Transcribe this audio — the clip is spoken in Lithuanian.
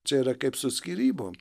čia yra kaip su skyrybom